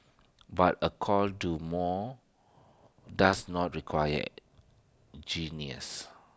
but A call do more does not require genius